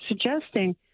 suggesting